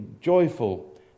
joyful